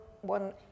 one